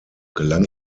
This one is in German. gelang